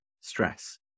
stress